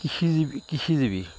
কৃষিজীৱি কৃষিজীৱী